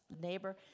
neighbor